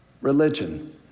Religion